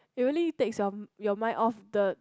it really takes your your mind off the